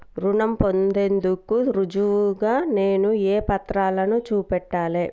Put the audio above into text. రుణం పొందేందుకు రుజువుగా నేను ఏ పత్రాలను చూపెట్టాలె?